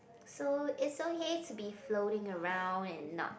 so it's okay to be floating around and not